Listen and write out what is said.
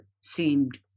seemed